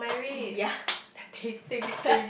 yeah